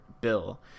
bill